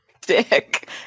dick